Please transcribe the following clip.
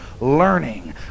learning